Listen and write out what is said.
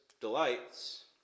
delights